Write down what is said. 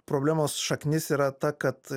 problemos šaknis yra ta kad